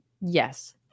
Yes